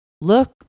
look